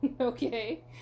Okay